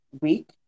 week